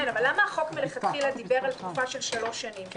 למה החוק מלכתחילה דיבר על תקופה של שלוש שנים,